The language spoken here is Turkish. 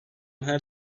her